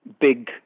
big